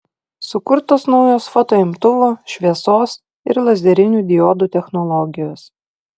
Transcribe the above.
sukurtos naujos fotoimtuvų šviesos ir lazerinių diodų technologijos